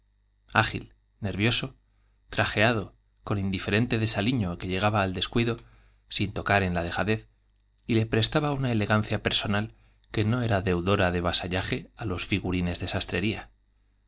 ágil ner vioso trajeado con indiferente desaliño que llegaba al descuido sin tocar en la dejadez y le prestaba una elegancia personal que no era deudora de vasállaje á los figurines ce sastrería